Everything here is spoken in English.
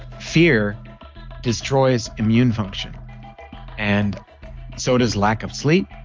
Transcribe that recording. fear destroys immune function and so does lack of sleep